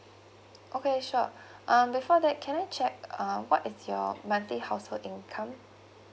okay sure um before that can I check um what is your monthly household income